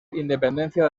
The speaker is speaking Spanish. independencia